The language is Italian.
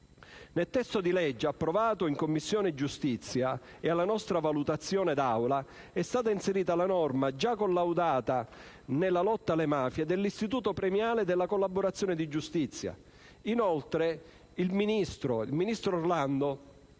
Nel testo di legge approvato in Commissione giustizia e alla nostra valutazione d'Aula è stata inserita la norma, già collaudata nella lotta alle mafie, dell'istituto premiale della collaborazione di giustizia. Inoltre, il ministro Orlando